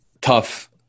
tough